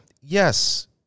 Yes